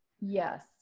Yes